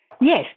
Yes